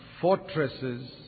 fortresses